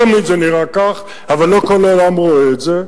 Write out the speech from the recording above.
תמיד זה נראה כך, אבל לא כל העולם רואה את זה.